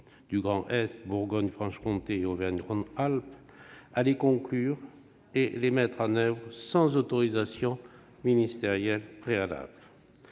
du Grand-Est, de Bourgogne-Franche-Comté et d'Auvergne-Rhône-Alpes, à les conclure et à les mettre en oeuvre sans autorisation ministérielle préalable.